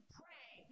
pray